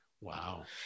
Wow